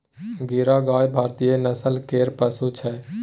गीर गाय भारतीय नस्ल केर पशु छै